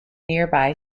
nearby